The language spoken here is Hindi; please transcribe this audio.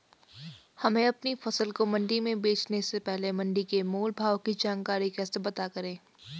हमें अपनी फसल को मंडी में बेचने से पहले मंडी के मोल भाव की जानकारी कैसे पता करें?